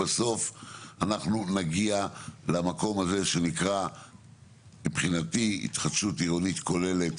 בסוף אנחנו נגיע למקום הזה שנקרא מבחינתי התחדשות עירונית כוללת